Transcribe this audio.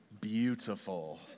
beautiful